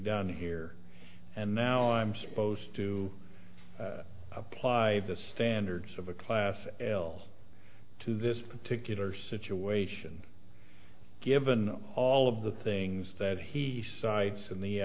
done here and now i'm supposed to apply the standards of a class else to this particular situation given all of the things that he cites in the